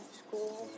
school